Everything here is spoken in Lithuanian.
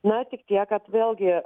na tik tiek kad vėlgi